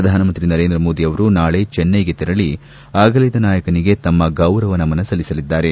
ಪ್ರಧಾನಮಂತ್ರಿ ನರೇಂದ್ರ ಮೋದಿ ಅವರು ನಾಳೆ ಚೆನ್ನೈಗೆ ತೆರಳಿ ಅಗಲಿದ ನಾಯಕನಿಗೆ ತಮ್ಮ ಗೌರವ ನಮನ ಸಲ್ಲಿಸಲಿದ್ದಾರೆ